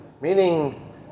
Meaning